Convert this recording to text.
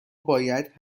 باید